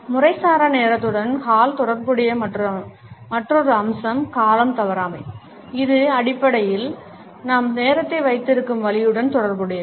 முறைசாரா நேரத்துடன் ஹால் தொடர்புடைய மற்றொரு அம்சம் காலம் தவறாமை இது அடிப்படையில் நாம் நேரத்தை வைத்திருக்கும் வழியுடன் தொடர்புடையது